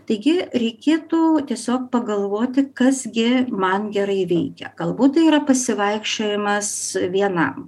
taigi reikėtų tiesiog pagalvoti kas gi man gerai veikia galbūt tai yra pasivaikščiojimas vienam